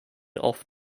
off